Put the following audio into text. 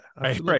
Right